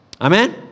Amen